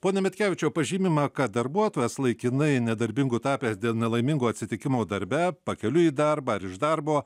pone mitkevičiau pažymima kad darbuotojas laikinai nedarbingu tapęs dėl nelaimingo atsitikimo darbe pakeliui į darbą ar iš darbo